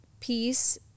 peace